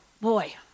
boy